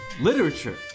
literature